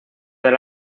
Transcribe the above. del